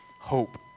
hope